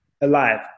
alive